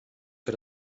für